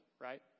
right